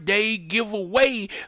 giveaway